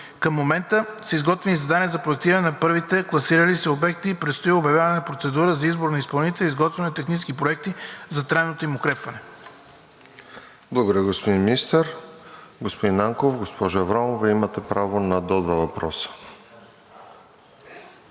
Към момента са изготвени задания за проектиране за първите класирали се обекти и предстои обявяване на процедура за избор на изпълнител за изготвяне на технически проекти за трайното им укрепване. ПРЕДСЕДАТЕЛ РОСЕН ЖЕЛЯЗКОВ: Благодаря, господин Министър. Господин Нанков, госпожо Аврамова, имате право на до два въпроса.